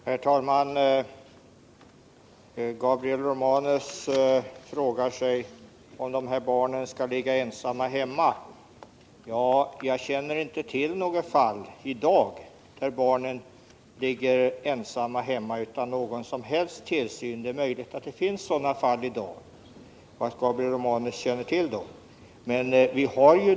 Herr talman! Gabriel Romanus frågar sig om de här barnen skall ligga ensamma hemma. Jag känner inte till något fall i dag där barn ligger ensamma hemma utan någon som helst tillsyn. Det är möjligt att det finns sådana fall och att Gabriel Romanus känner till dem.